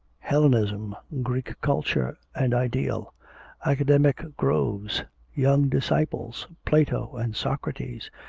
hellenism, greek culture and ideal academic groves young disciples, plato and socrates,